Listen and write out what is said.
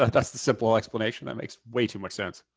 ah that's the simple explanation. that makes way too much sense.